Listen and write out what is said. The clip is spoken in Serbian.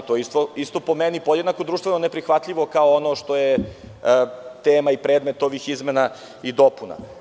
To je isto, po meni, podjednako društveno neprihvatljivo, kao ono što je tema i predmet ovih izmena i dopuna.